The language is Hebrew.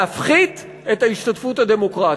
להפחית את ההשתתפות הדמוקרטית,